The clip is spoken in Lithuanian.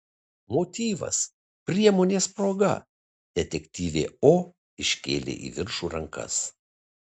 motyvas priemonės proga detektyvė o iškėlė į viršų rankas